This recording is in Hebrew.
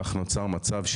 כך נוצר מצב,